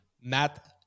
Matt